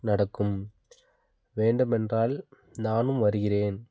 நடக்கும் வேண்டுமென்றால் நானும் வருகிறேன்